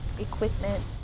equipment